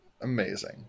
Amazing